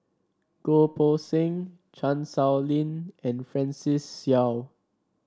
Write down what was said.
Goh Poh Seng Chan Sow Lin and Francis Seow